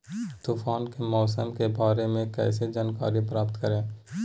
तूफान के मौसम के बारे में कैसे जानकारी प्राप्त करें?